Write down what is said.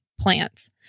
plants